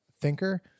thinker